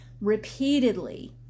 repeatedly